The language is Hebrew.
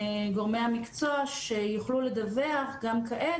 גורמי המקצוע שיוכלו לדווח גם כעת,